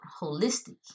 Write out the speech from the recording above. holistic